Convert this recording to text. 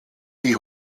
die